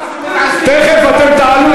תכף אתם תעלו,